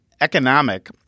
Economic